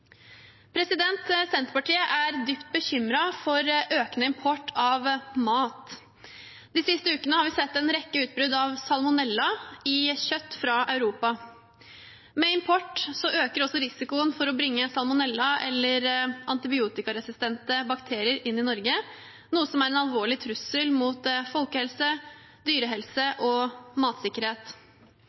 Senterpartiet er dypt bekymret for økende import av mat. De siste ukene har vi sett en rekke utbrudd av salmonella på grunn av kjøtt fra Europa. Med import øker også risikoen for å bringe salmonella eller antibiotikaresistente bakterier inn i Norge, noe som er en alvorlig trussel mot folkehelse, dyrehelse og matsikkerhet.